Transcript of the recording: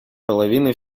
половины